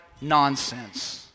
nonsense